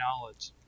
knowledge